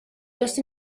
just